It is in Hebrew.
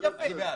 אני בעד.